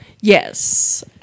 Yes